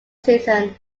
season